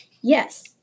Yes